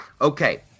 okay